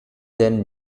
then